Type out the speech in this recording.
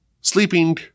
sleeping